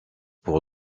pour